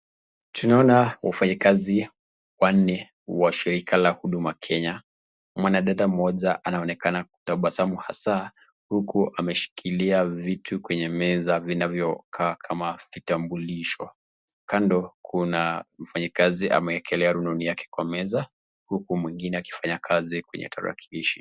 Tunaona wafanyikazi wanne wa shirika la uduma kenya. Mwanadada moja anaonekana kutabasamu hasa, huku ameshikilia vitu kwenye meza vinavyo kaa kama vitambulisho, kando kuna mfanyikazi amewekelea rununu yake kwa meza huku mwingine akifanyakazi kwenye tarakilishi